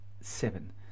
seven